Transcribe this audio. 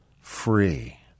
free